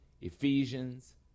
Ephesians